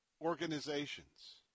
organizations